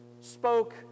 spoke